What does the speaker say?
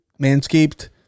Manscaped